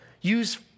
use